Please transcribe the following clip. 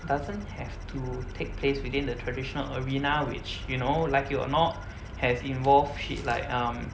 doesn't have to take place within the traditional arena which you know like it or not has involved shit like um